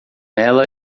ela